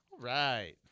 Right